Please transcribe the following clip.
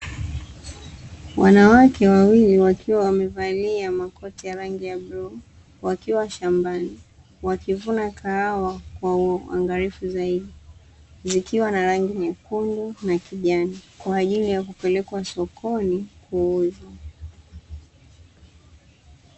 Wanawake wawili wakiwa wamevalia makoti ya rangi ya bluu, wakiwa shambani wakivuna kahawa kwa uangalifu zaidi, zikiwa na rangi nyekundu na kijani kwa ajili ya kupelekwa sokoni kuuzwa.